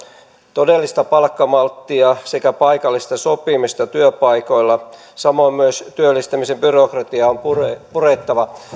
todellista palkkamalttia sekä paikallista sopimista työpaikoilla samoin myös työllistämisen byrokratiaa on purettava purettava